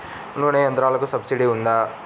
నూనె యంత్రాలకు సబ్సిడీ ఉందా?